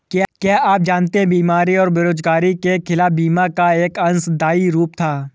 क्या आप जानते है बीमारी और बेरोजगारी के खिलाफ बीमा का एक अंशदायी रूप था?